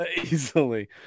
Easily